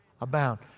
Abound